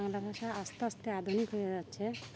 বাংলা ভাষা আস্তে আস্তে আধুনিক হয়ে যাচ্ছে